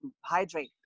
hydrate